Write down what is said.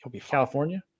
California